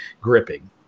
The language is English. gripping